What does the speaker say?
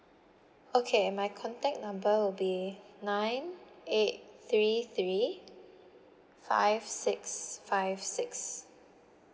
okay my contact number will be nine eight three three five six five six